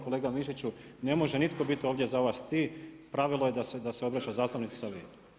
Kolega Mišiću, ne može nitko biti ovdje za vas i pravilo je da se obraća zastupnicima sa vi.